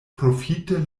profite